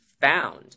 found